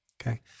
Okay